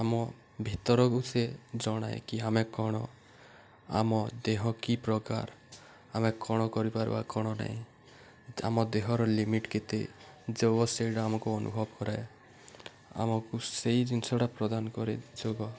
ଆମ ଭିତରକୁ ସେ ଜଣାଏ କି ଆମେ କ'ଣ ଆମ ଦେହ କି ପ୍ରକାର ଆମେ କ'ଣ କରିପାରିବା କ'ଣ ନାହିଁ ଆମ ଦେହର ଲିମିଟ୍ କେତେ ଯୋଗ ସେଇଟା ଆମକୁ ଅନୁଭବ କରାଏ ଆମକୁ ସେଇ ଜିନିଷଟା ପ୍ରଦାନ କରେ ଯୋଗ